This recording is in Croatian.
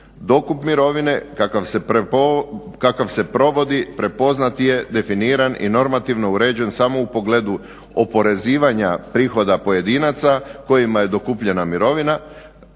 Dokup mirovine kakav se provodi prepoznat je, definiran i normativno uređen samo u pogledu oporezivanja prihoda pojedinaca kojima je dokupljena mirovina.